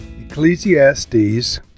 Ecclesiastes